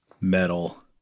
Metal